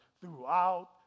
throughout